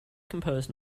composed